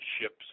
ships